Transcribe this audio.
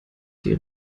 die